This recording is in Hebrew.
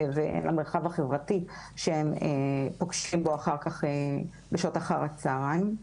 והן למרחב החברתי שהם פוגשים בו אחר-כך בשעות אחר-הצהריים.